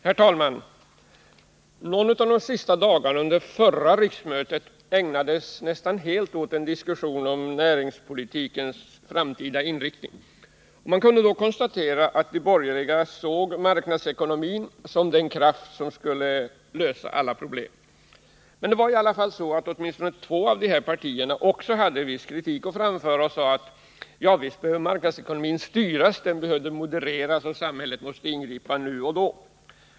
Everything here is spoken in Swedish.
Herr talman! Någon av de sista dagarna under förra riksmötet ägnades nästan helt åt en diskussion om näringspolitikens framtida inriktning. Man kunde då konstatera att de borgerliga såg marknadsekonomin som den kraft som skulle lösa alla problem. Men åtminstone två av de partierna hade också viss kritik att framföra och sade: Javisst behöver marknadsekonomin styras och modereras, och samhället måste ingripa nu och då.